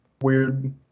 weird